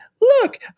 look